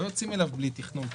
לא יוצאים אליו בלי תכנון פיסקלי.